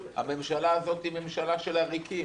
הממשלה הזאת היא ממשלה של עריקים.